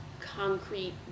concrete